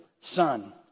son